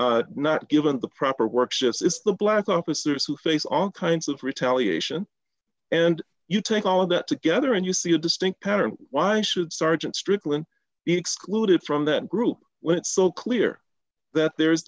are not given the proper work shifts it's the black officers who face all kinds of retaliation and you take all of that together and you see a distinct pattern why should sergeant strickland be excluded from that group when it so clear that there's